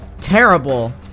terrible